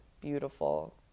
beautiful